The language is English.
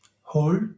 hold